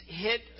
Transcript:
hit